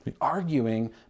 Arguing